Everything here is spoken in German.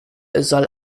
soll